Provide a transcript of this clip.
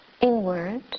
inward